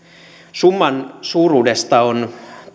summan suuruudesta on